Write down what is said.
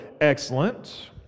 excellent